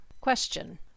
Question